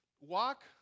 walk